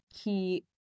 key